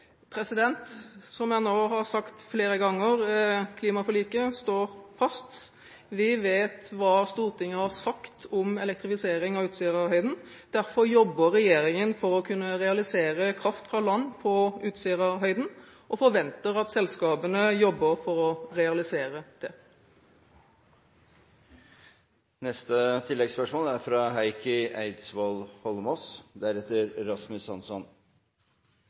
Som jeg nå har sagt flere ganger: Klimaforliket står fast. Vi vet hva Stortinget har sagt om elektrifisering av Utsirahøyden. Derfor jobber regjeringen for å kunne realisere kraft fra land på Utsirahøyden og forventer at selskapene jobber for å realisere det. Heikki Eidsvoll Holmås – til oppfølgingsspørsmål. Det er